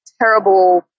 terrible